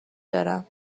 دارم